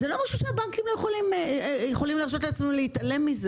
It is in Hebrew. זה לא דבר שהבנקים יכולים להרשות לעצמם להתעלם ממנו.